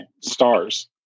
stars